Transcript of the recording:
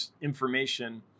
information